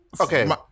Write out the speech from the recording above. Okay